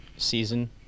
Season